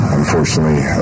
unfortunately